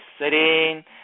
sitting